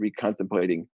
recontemplating